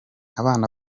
abana